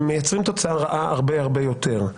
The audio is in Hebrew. הם מייצרים תוצאה רעה הרבה יותר.